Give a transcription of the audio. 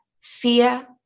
fear